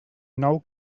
nou